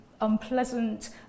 unpleasant